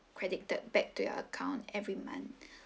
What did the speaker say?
credited back to your account every month